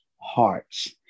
hearts